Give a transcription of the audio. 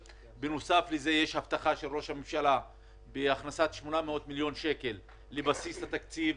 בנוסף לכך יש הבטחה של ראש הממשלה להכנסת 800 מיליון שקל לבסיס התקציב